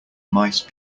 mice